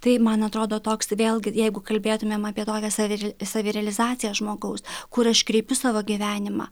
tai man atrodo toks vėlgi jeigu kalbėtumėm apie tokią savi savirealizaciją žmogaus kur aš kreipiu savo gyvenimą